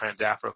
transafrica